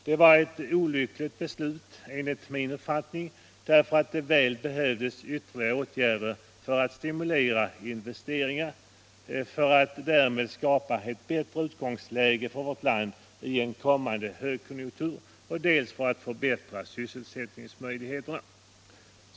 Det var enligt min uppfattning ett olyckligt beslut, eftersom det väl behövdes ytterligare åtgärder dels för att stimulera investeringar och därmed skapa ett bättre utgångsläge för vårt land i en kommande högkonjunktur, dels för att förbättra sysselsättningsmöjligheterna.